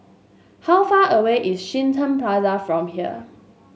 how far away is Shenton Plaza from here